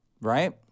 right